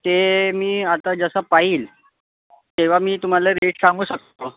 ते मी आत्ता जसा पाहील तेव्हा मी तुम्हाला रेट सांगू शकतो